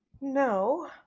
No